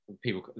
people